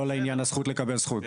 לא על העניין של הזכות לקבל זכות.